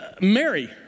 Mary